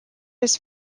his